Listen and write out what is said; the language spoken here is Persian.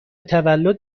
تولد